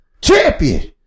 Champion